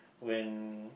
when